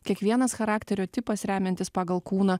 kiekvienas charakterio tipas remiantis pagal kūną